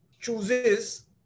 chooses